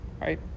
right